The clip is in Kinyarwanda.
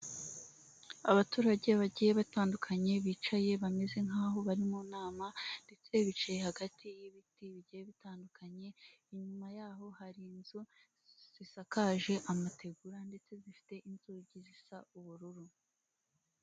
Urupapuro rw'umweru rwanditseho amagambo mu ibara ry'umukara amazina n'imibare yanditseho mu rurimi rw'icyongereza n'ifite amabara y'imituku.